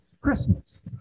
Christmas